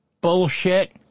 bullshit